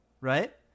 Right